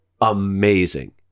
amazing